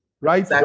right